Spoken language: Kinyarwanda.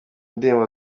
ndirimbo